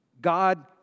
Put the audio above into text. God